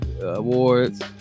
Awards